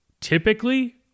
typically